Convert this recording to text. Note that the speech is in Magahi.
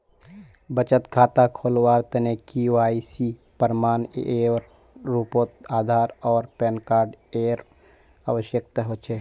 बचत खता खोलावार तने के.वाइ.सी प्रमाण एर रूपोत आधार आर पैन कार्ड एर आवश्यकता होचे